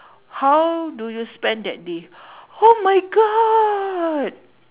how do you spend that day oh my god